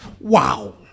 Wow